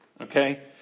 Okay